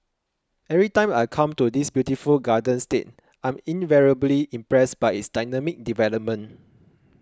every time I come to this beautiful garden state I'm invariably impressed by its dynamic development